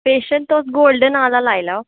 facial तुस golden आह्ला लाई लैओ